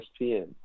ESPN